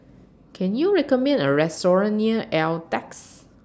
Can YOU recommend Me A Restaurant near Altez